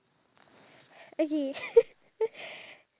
I guess that counts